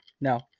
No